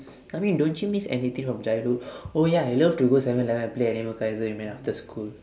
I mean don't you miss anything of childhood oh ya I love to go seven eleven and play animal kaiser immediately after school